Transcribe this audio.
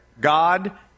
God